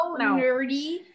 nerdy